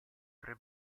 tre